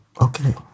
Okay